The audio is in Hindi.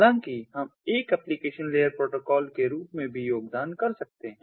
हालाँकि हम एक एप्लीकेशन लेयर प्रोटोकॉल के रूप में भी योगदान कर सकते हैं